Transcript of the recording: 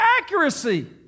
accuracy